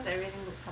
sorry